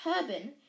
turban